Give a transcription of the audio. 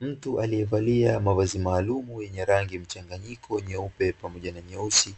Mtu aliyevalia mavazi maalumu yenye rangi mchanganyiko nyeupe pamoja na nyeusi,